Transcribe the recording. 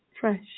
fresh